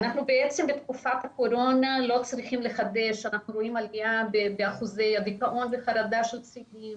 בתקופת הקורונה אנחנו רואים עלייה באחוזי הדיכאון וחרדה של צעירים,